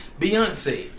Beyonce